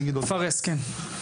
פארס כן.